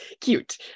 cute